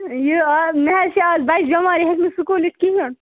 یہِ آ مےٚ حظ چھُ اَز بچہٕ بیمار یہِ ہیٚکہِ نہٕ سکوٗل یتھ کِہیٖنٛۍ